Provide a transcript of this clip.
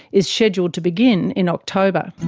is scheduled to begin in october.